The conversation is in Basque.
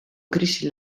krisi